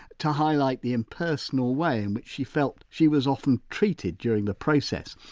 to highlight the impersonal way in which she felt she was often treated during the process.